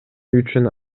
үчүн